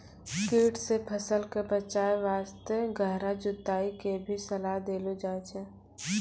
कीट सॅ फसल कॅ बचाय वास्तॅ गहरा जुताई के भी सलाह देलो जाय छै